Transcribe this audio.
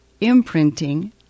imprinting